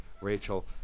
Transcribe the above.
Rachel